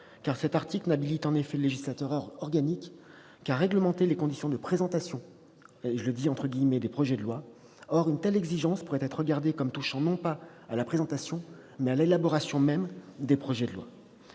Cet article n'habilite en effet le législateur organique qu'à réglementer les conditions de « présentation » des projets de loi. Or une telle exigence pourrait être regardée comme touchant non pas à la présentation, mais à l'élaboration même des projets de loi.